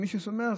מי שסומך.